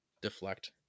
deflect